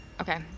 Okay